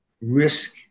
risk